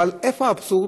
אבל מה האבסורד?